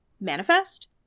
manifest